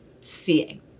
seeing